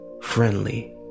friendly